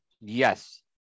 Yes